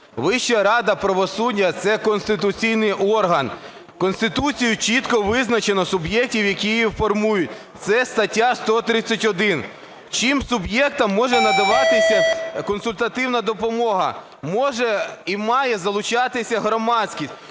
Вища рада правосуддя – це конституційний орган. Конституцією чітко визначено суб'єктів, які її формують (це стаття 131). Цим суб'єктам може надаватися консультативна допомога, може і має залучатися громадськість.